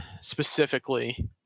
specifically